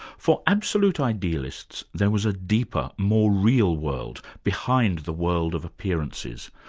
for absolute idealists, there was a deeper, more real world, behind the world of appearances,